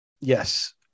Yes